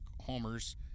homers